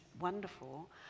wonderful